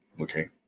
Okay